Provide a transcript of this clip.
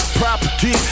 property